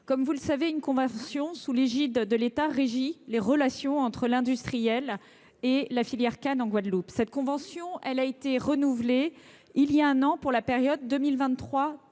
Comme vous le savez, une convention sous l’égide de l’État régit les relations entre l’industriel et la filière canne en Guadeloupe. Cette convention, renouvelée il y a un an pour la période 2023